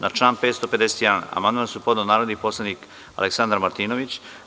Na član 551. amandman je podneo narodni poslanik Aleksandar Martinović.